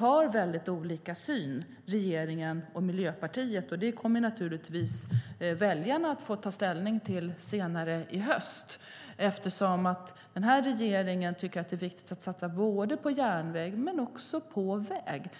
har väldigt olika syn, och det kommer väljarna att få ta ställning till senare i höst. Den här regeringen tycker att det är viktigt att satsa både på järnväg och på väg.